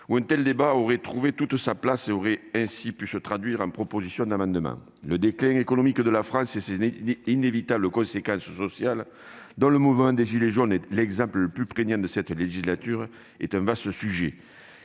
Le présent débat aurait alors trouvé toute sa place dans cette discussion et aurait pu se traduire en propositions d'amendements. Le déclin économique de la France et ses inévitables conséquences sociales, dont le mouvement des gilets jaunes est l'exemple le plus prégnant de cette législature, est un vaste sujet.